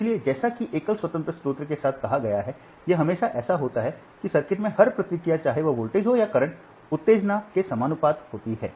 इसलिए जैसा कि एकल स्वतंत्र स्रोत के साथ कहा गया है यह हमेशा ऐसा होता है कि सर्किट में हर प्रतिक्रिया चाहे वह वोल्टेज हो और करंट उत्तेजना के समानुपाती हो